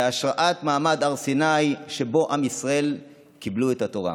בהשראת מעמד הר סיני שבו עם ישראל קיבלו את התורה,